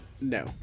no